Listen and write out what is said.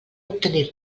obtenir